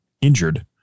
injured